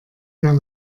der